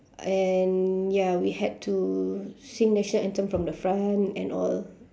and ya we had to sing national anthem from the front and all